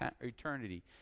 eternity